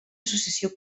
associació